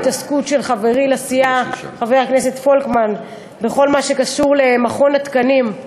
ההתעסקות של חברי לסיעה חבר הכנסת פולקמן בכל מה שקשור למכון התקנים,